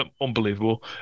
Unbelievable